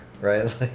right